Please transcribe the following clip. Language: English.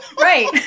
Right